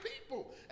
people